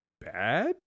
bad